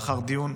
לאחר דיון,